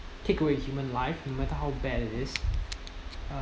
take away human life no matter how bad it is uh